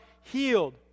healed